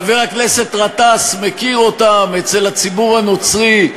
חבר הכנסת גטאס מכיר אותן אצל הציבור הנוצרי,